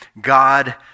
God